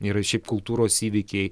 ir šiaip kultūros įvykiai